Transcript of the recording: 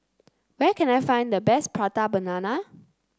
where can I find the best Prata Banana